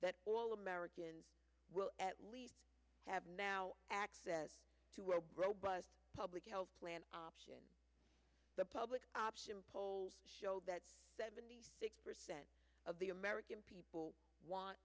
that all americans at least have now access to or robust public health plan option the public option polls show that seventy six percent of the american people want